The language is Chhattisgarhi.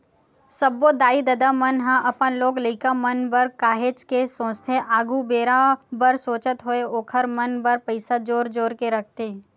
सब्बो दाई ददा मन ह अपन लोग लइका मन बर काहेच के सोचथे आघु बेरा बर सोचत होय ओखर मन बर पइसा जोर जोर के रखथे